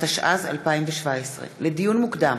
התשע"ז 2017. לדיון מוקדם,